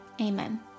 Amen